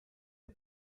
der